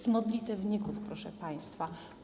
Z modlitewników, proszę państwa.